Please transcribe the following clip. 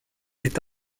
est